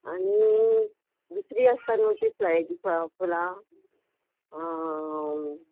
आनी दुसरी आसता न्हू ती फ्लायची फुलां